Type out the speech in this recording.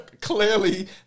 Clearly